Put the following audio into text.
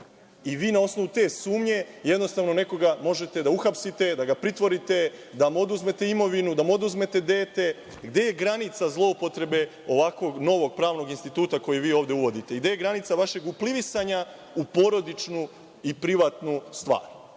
i vi na osnovu te sumnje jednostavno nekoga možete da uhapsite, da ga pritvorite, da mu oduzmete imovinu, da mu oduzmete dete. Gde je granica zloupotrebe ovako novog pravnog instituta koji vi ovde uvodite? Gde je granica vašeg uplivisanja u porodičnu i privatnu stvar?